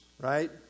right